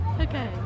okay